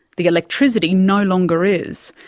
the electricity no longer is,